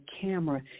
camera